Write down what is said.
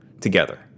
together